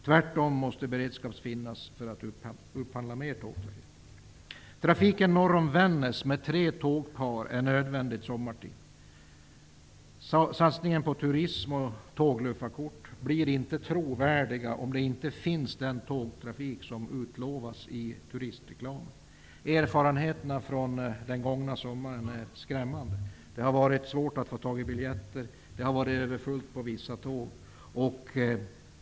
Tvärtom måste beredskap finnas för att upphandla mer tågtrafik. Erfarenheterna från den gångna sommaren är skrämmande. Det var svårt att få tag i biljetter och överfullt på vissa tåg.